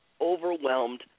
overwhelmed